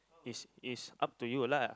is is up to you lah